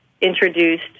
introduced